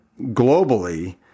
globally